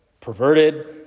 perverted